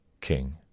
king